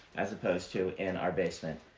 as opposed to in our basement.